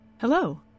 Hello